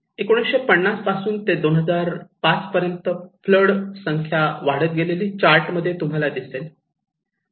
1950 पासून ते 2005 पर्यंतफ्लड संख्या वाढत गेलेली चार्ट मध्ये तुम्हाला दिसेल